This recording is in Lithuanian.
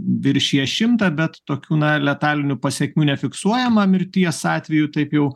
viršija šimtą bet tokių na letalinių pasekmių nefiksuojama mirties atveju taip jau